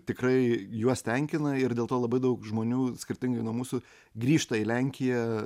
tikrai juos tenkina ir dėl to labai daug žmonių skirtingai nuo mūsų grįžta į lenkiją